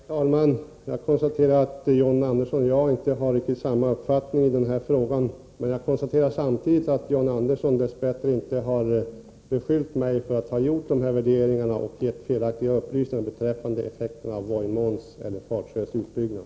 Herr talman! Jag konstaterar att John Andersson och jag inte har riktigt samma uppfattning i den här frågan, men jag konstaterar samtidigt att John Andersson dess bättre inte har beskyllt mig för att ha gjort de här värderingarna och lämnat felaktiga upplysningar beträffande effekterna av Vojmåns eller Fatsjöns utbyggnad.